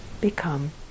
become